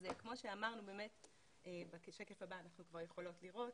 אז כמו שאמרנו, בשקף הבא אנחנו כבר יכולים לראות,